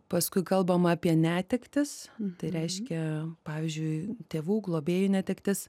paskui kalbam apie netektis tai reiškia pavyzdžiui tėvų globėjų netektis